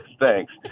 thanks